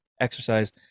exercise